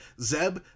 Zeb